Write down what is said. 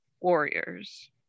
warriors